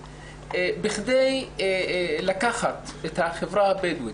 בכדי לקחת את החברה הבדואית,